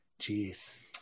jeez